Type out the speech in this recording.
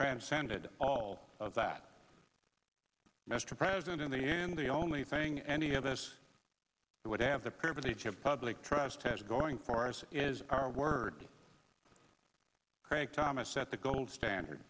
transcended all of that mr president in the end the only thing any of us would have the privilege of public trust has going for us is our word craig thomas set the gold standard